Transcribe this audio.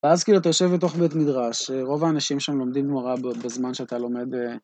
ואז כאילו, אתה יושב בתוך בית מדרש, רוב האנשים שם לומדים גמרא באותו זמן שאתה לומד...